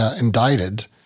indicted